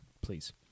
Please